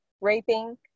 raping